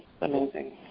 amazing